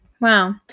Wow